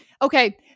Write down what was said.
Okay